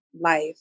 life